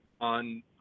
on